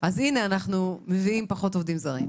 אז הנה, אנחנו מביאים פחות עובדים זרים.